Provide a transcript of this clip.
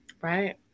Right